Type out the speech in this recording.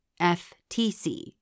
FTC